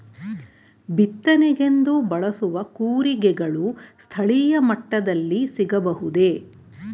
ಬಿತ್ತನೆಗೆಂದು ಬಳಸುವ ಕೂರಿಗೆಗಳು ಸ್ಥಳೀಯ ಮಟ್ಟದಲ್ಲಿ ಸಿಗಬಹುದೇ?